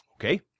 Okay